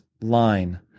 line